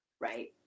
Right